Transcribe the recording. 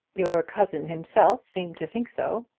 your cousin himself seemed to think so.